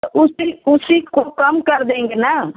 उस दिन उसी को कम कर देंगे ना